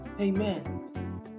amen